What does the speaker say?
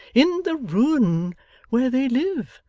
in the ruin where they live.